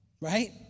Right